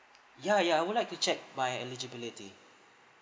ya ya I would like to check my eligibility